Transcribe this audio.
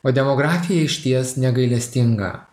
o demografija išties negailestinga